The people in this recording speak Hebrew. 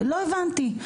לא הבנתי.